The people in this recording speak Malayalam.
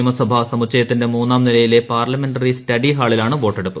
നിയമസഭാ സമുച്ചയത്തിന്റെ മൂന്നാംനിലയിലെ പാർലമെന്ററി സ്റ്റഡിഹാളിലാണ് വോട്ടെടുപ്പ്